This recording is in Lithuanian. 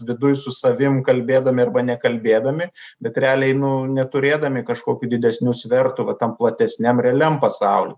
viduj su savim kalbėdami arba nekalbėdami bet realiai nu neturėdami kažkokių didesnių svertų vam tam platesniam realiam pasauly